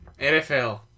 NFL